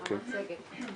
בסדר.